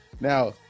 now